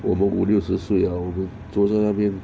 我们五六十岁啊我们坐在那边